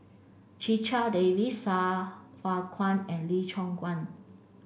Checha Davies Sai Hua Kuan and Lee Choon Guan